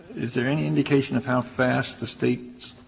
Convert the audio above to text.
is there any indication of how fast the state's